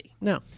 No